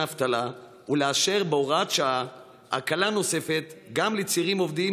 האבטלה ולאשר בהוראת שעה הקלה נוספת גם לצעירים עובדים